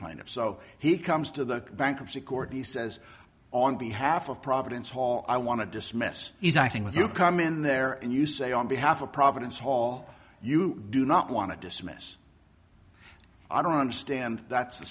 plaintiff so he comes to the bankruptcy court he says on behalf of providence hall i want to dismiss he's acting with you come in there and you say on behalf of providence hall you do not want to dismiss i don't understand that's